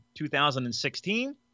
2016